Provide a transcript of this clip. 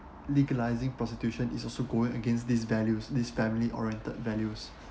legalizing prostitution is also going against these values this family oriented values